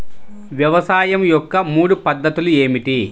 వ్యవసాయం యొక్క మూడు పద్ధతులు ఏమిటి?